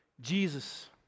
Jesus